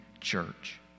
church